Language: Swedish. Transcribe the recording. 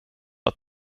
att